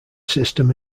system